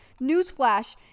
newsflash